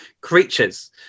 creatures